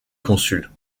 consul